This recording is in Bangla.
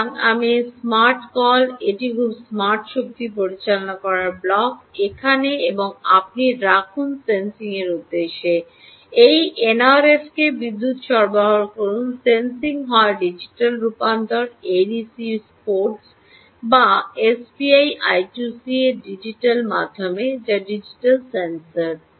সুতরাং আমি এই স্মার্ট কল একটি খুব স্মার্ট শক্তি পরিচালনা ব্লক এখানে এবং আপনি রাখুন সেন্সিংয়ের উদ্দেশ্যে এই এনআরএফকে বিদ্যুৎ সরবরাহ করুন সেন্সিং হয় ডিজিটাল রূপান্তর এডিসি পোর্টস বা এসপিআই আই 2 সি এর ডিজিটাল মাধ্যমে যা ডিজিটাল সেন্সর